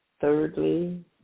Thirdly